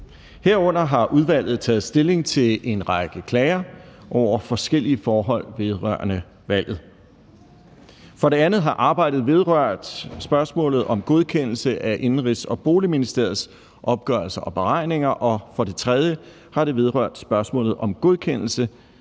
Herunder har udvalget taget stilling til en række klager over forskellige forhold vedrørende valget. For det andet har arbejdet vedrørt spørgsmålet om godkendelse af Indenrigs- og Boligministeriets opgørelser og beregninger. For det tredje har det vedrørt spørgsmålet om godkendelse